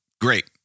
Great